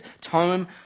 tome